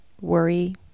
worry